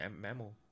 mammal